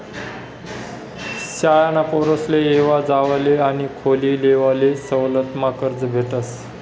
शाळाना पोरेसले येवा जावाले आणि खोली लेवाले सवलतमा कर्ज भेटस